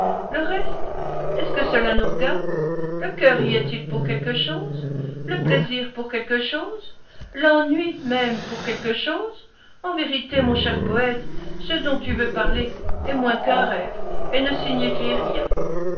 le reste est-ce que cela nous regarde le cœur y est-il pour quelque chose le plaisir pour quelque chose l'ennui même pour quelque chose en vérité mon cher poète ce dont tu veux parler est moins qu'un rêve et ne signifie rien